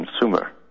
consumer